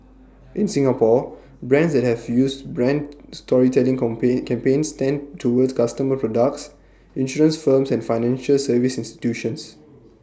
in Singapore brands that have used brand storytelling complain campaigns tend towards costumer products insurance firms and financial service institutions